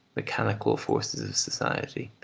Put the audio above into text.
mechanical forces of society,